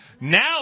Now